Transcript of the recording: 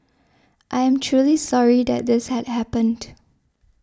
I am truly sorry that this had happened